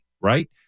right